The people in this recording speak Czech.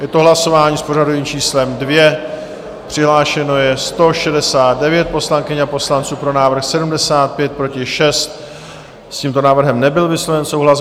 Je to hlasování s pořadovým číslem 2, přihlášeno je 169 poslankyň a poslanců, pro návrh 75, proti 6, s tímto návrhem nebyl vysloven souhlas.